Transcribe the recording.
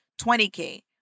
20K